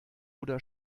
oder